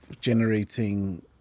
generating